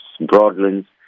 Broadlands